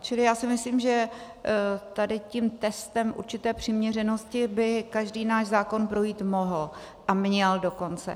Čili já si myslím, že tady tím testem určité přiměřenosti by každý náš zákon projít mohl, a měl dokonce.